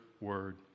word